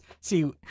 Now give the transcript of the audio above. see